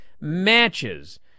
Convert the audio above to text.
matches